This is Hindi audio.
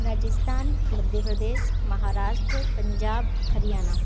राजस्थान मध्य प्रदेश महाराष्ट्र पंजाब हरियाणा